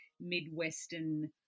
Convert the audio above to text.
midwestern